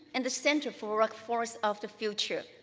and the center for workforce of the future.